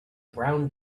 brown